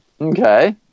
Okay